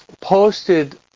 posted